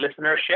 listenership